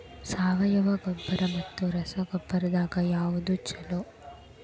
ಸಾವಯವ ಗೊಬ್ಬರ ಮತ್ತ ರಸಗೊಬ್ಬರದಾಗ ಯಾವದು ಛಲೋ?